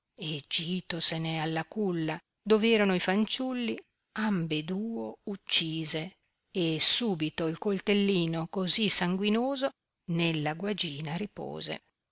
portava e gitosene alla culla dov erano i fanciulli ambeduo uccise e subito il coltellino così sanguinoso nella guagina ripose